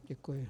Děkuji.